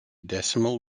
decimal